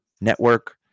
network